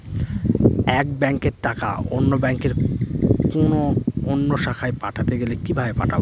এক ব্যাংকের টাকা অন্য ব্যাংকের কোন অন্য শাখায় পাঠাতে গেলে কিভাবে পাঠাবো?